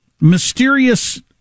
mysterious